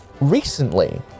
Recently